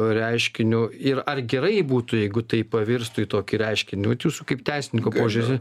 reiškiniu ir ar gerai būtų jeigu tai pavirstų į tokį reiškinį vat jūsų kaip teisininko požiūris